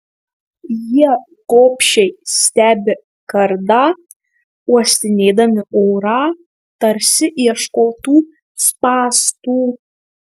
jie gobšiai stebi kardą uostinėdami orą tarsi ieškotų spąstų